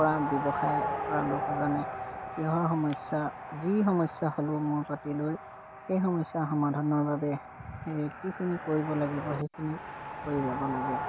কৰা ব্যৱসায় কৰা লোক এজনে কিহৰ সমস্যা যি সমস্যা হ'লেও মূৰ পাতি লৈ সেই সমস্যাৰ সমাধানৰ বাবে কিখিনি কৰিব লাগিব সেইখিনি কৰি যাব লাগে